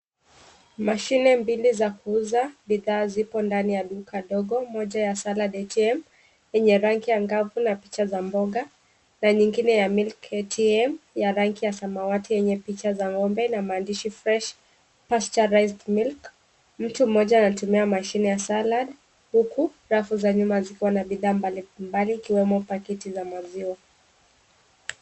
Mashine mbili za kuuza, bidhaa zipo ndani ya duka dogo, moja ya salad ATM, yenye rangi ya ngavu na picha za mboga, na nyingine ya milk tea ATM ya rangi ya samawati yenye picha za ng'ombe na maandishi Fresh pasteurized milk , mtu moja anatumia mashine ya salad, uku rafu za nyuma zikiwa na bidhaa mbalimbali kiwemo pakiti za maziwa.